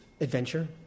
adventure